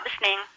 listening